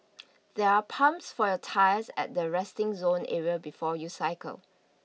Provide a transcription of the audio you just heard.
there are pumps for your tyres at the resting zone it will before you cycle